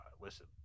listen